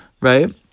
Right